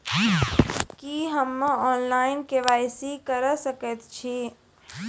की हम्मे online, KYC करा सकैत छी?